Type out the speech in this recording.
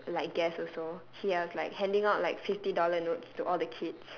like guest also he was like handing out like fifty dollar notes to all the kids